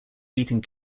beating